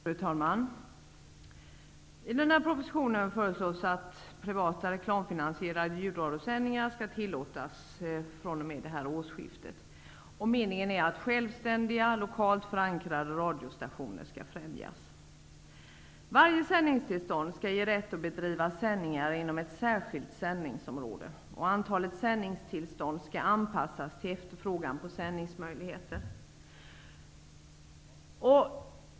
Fru talman! I propositionen föreslås att privata reklamfinansierade ljudradiosändningar tillåts fr.o.m. årsskiftet. Det är meningen att självständiga, lokalt förankrade radiostationer skall främjas. Varje sändningstillstånd skall innebära rätt att bedriva sändningar inom ett särskilt sändningsområde. Antalet sändningstillstånd skall anpassas till efterfrågan på sändningsmöjligheter.